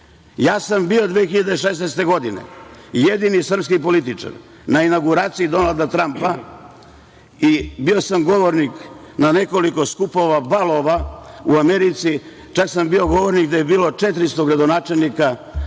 2016. bio sam jedini srpski političar na inauguraciji Donalda Trampa i bio sam govornik na nekoliko skupova, balova u Americi, čak sam bio govornik gde je bilo 400 gradonačelnika